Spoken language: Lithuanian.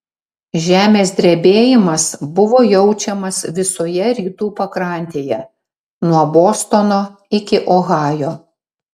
žemės drebėjimas buvo jaučiamas visoje rytų pakrantėje nuo bostono iki ohajo